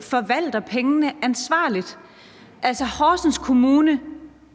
forvalter pengene ansvarligt? Horsens Kommune